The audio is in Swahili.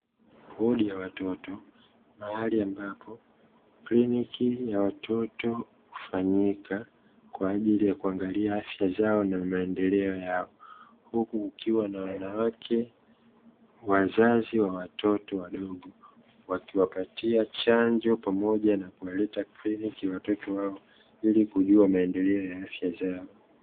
Wodi ya watoto, mahali ambapo kiliniki ya watoto hufanyika kwa ajili ya kuangalia afya zao na maendeleo yao, huku kukiwa na wanawake wazazi wa watoto wadogo, wakiwapatia chanjo pamoja na kuwaleta kliniki watoto hao ili kujua maendeleo ya afya zao.